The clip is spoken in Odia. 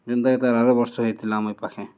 ଯେନ୍ତାକି ତାର୍ ଆର ବର୍ଷ ହେଇଥିଲା ଆମ ଇ ପାଖେ